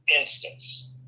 instance